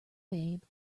babe